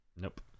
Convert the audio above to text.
nope